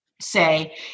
say